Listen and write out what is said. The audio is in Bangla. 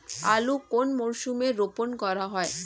আলু কোন মরশুমে রোপণ করা হয়?